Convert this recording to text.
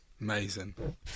Amazing